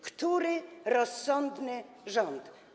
Który rozsądny rząd?